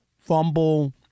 fumble